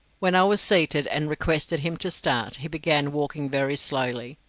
when i was seated and requested him to start, he began walking very slowly,